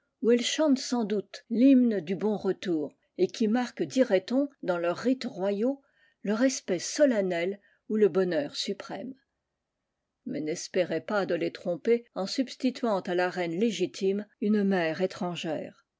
où elles chantent sans doute l'hymne du bon retour et qui marquent dirait-on dans leurs rites royaux le respect solennel ou le bonheur suprême mais n'espérez pas de les tromper en substituant à la reine légitime une mère étrangère